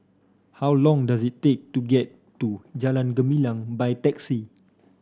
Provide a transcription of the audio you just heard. how long does it take to get to Jalan Gumilang by taxi